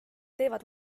teevad